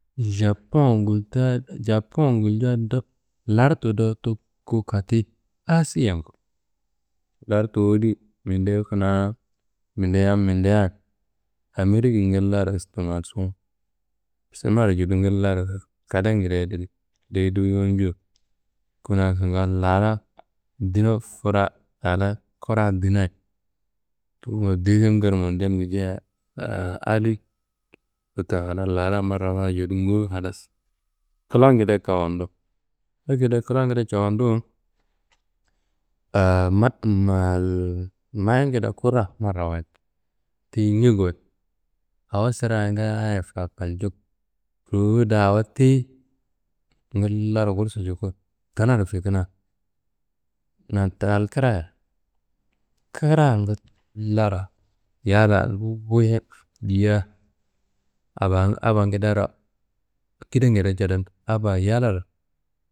Japon gulta Japon guljea do, lartu dowo tokko kati Asiyan. Lartu woli minde kuna minde yam mindeya Amerikkiyi ngillaro istimarsu, istamar judu ngillaro kadengide yedi deyi dowo njo. Kuna kingal lala dina a la kura dinaye tuwu deziyem ger mondiyal guljeia adi wote a lala marrawayit jodu ngowo halas klangede kawando akedi klangede cawanduwu mayingede kuraa marrawayit. Tiyi ñea goyi awo sirea ngaaye fa- fakaljo dowoi do awo tiyi ngillaro kursu cuku dinaro fikina na daal kraya, kraa ngillaro yalla nduwuye diyia aba abangedero kide ngede ceden. Aba yallaro.